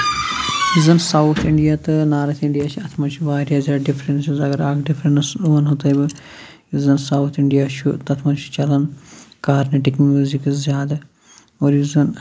یُس زَن south India تہٕ نارٕتھ اِنڑیا چھُ اتھ مَنٛز چھِ واریاہ زیادٕ ڈِفرَنسز اگر اکھ ڈِفرَنٕس وَنہو تۄہہِ بہٕ یُس زَن سوُتھ اِنڑیا چھُ تَتھ مَنٛز چھ چَلان کارنیٚٹِک میوزِک زیادٕ اور یُس زَن